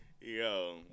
Yo